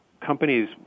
companies